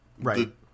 Right